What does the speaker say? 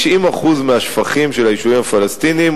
90% מהשפכים של היישובים הפלסטיניים